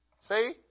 See